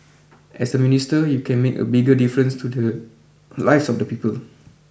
as a minister you can make a bigger difference to the lives of the people